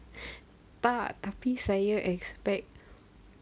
tak tapi saya expect